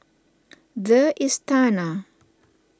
the Istana